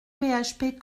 php